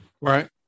Right